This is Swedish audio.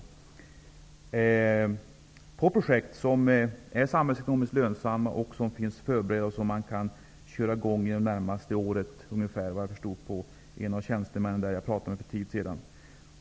Det är projekt som är samhällsekonomiskt lönsamma, förberedda och där man kan köra i gång under det närmaste året. Det förstod jag när jag pratade med en av tjänstemännen där för en tid sedan.